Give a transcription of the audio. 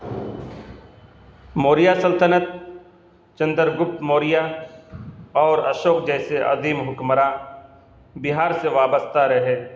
موریہ سلطنت چندر گپت موریہ اور اشوک جیسے عظیم حکمراں بہار سے وابستہ رہے